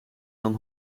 dan